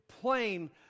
plain